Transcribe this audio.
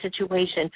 situation